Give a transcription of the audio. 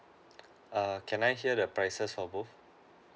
err can I hear the prices for both